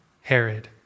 Herod